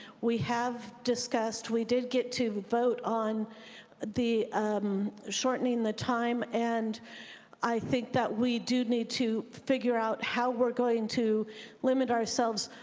we have discussed, we did get to vote on the shortening the time and i think that it we do need to figure out how we're going to limit ourselves.